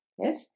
Yes